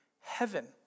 heaven